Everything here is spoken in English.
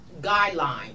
guidelines